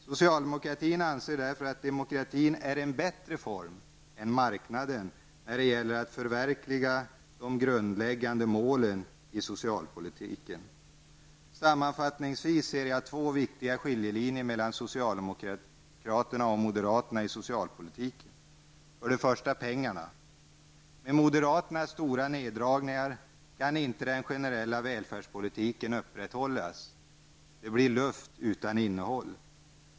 Socialdemokratin anser därför att demokratin är en bättre form än marknaden när det gäller att förverkliga de grundläggande målen i socialpolitiken. Sammanfattningsvis ser jag två viktiga skiljelinjer mellan socialdemokraterna och moderaterna i socialpolitiken. För det första gäller det pengarna. Med moderaternas stora neddragningar kan den generella välfärdspolitiken inte upprätthållas. Det blir luft utan innehåll.